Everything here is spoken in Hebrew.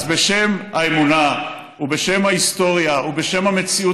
אז בשם האמונה ובשם ההיסטוריה ובשם המציאות